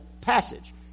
passage